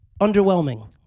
Underwhelming